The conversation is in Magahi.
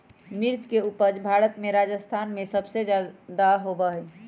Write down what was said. मिर्च के उपज भारत में राजस्थान में सबसे ज्यादा होबा हई